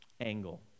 angle